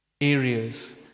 areas